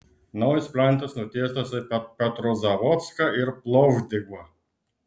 naujas plentas nutiestas į petrozavodską ir plovdivą